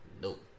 Nope